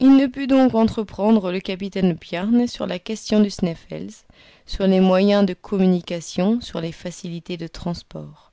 il ne put donc entreprendre le capitaine bjarne sur la question du sneffels sur les moyens de communication sur les facilités de transport